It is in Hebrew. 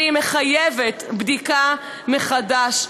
והיא מחייבת בדיקה מחדש.